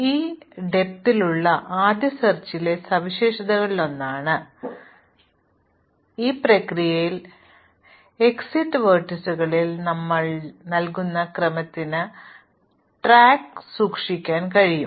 ആഴത്തിലുള്ള ആദ്യ തിരയലുകളുടെ സവിശേഷതകളിലൊന്ന് ഈ ആവർത്തന പ്രക്രിയയിൽ എക്സിറ്റ് വെർട്ടീസുകളിൽ ഞങ്ങൾ നൽകുന്ന ക്രമത്തിന്റെ ട്രാക്ക് സൂക്ഷിക്കാൻ കഴിയും